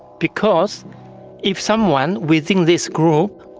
because if someone within this group,